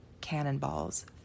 cannonballs